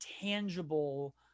tangible